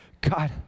God